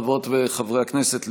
חברות וחברי הכנסת,